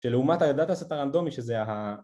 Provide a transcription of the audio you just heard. שלעומת הdataset הרנדומי שזה ה...